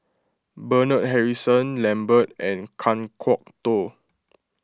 Bernard Harrison Lambert and Kan Kwok Toh